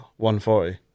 140